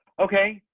okay,